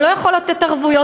הוא לא יכול לתת ערבויות.